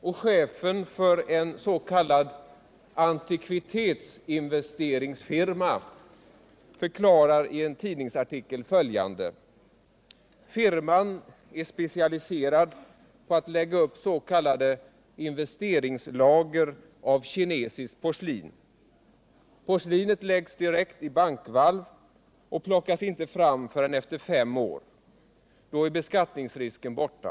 Och chefen för en s.k. antikvitetsinvesteringsfirma förklarar i en tidningsartikel följande: "Firman är specialiserad på att lägga upps.k. investeringslager av kinesiskt porslin. Porslinet läggs direkt i bankvalv och plockas inte fram förrän efter fem år. Då är beskattningsrisken borta.